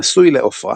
נשוי לעופרה.